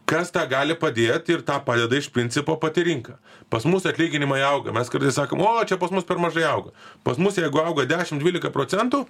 kas tą gali padėt ir tą padeda iš principo pati rinka pas mus atlyginimai auga mes kartais sakom o čia pas mus per mažai auga pas mus jeigu auga dešim dvylika procentų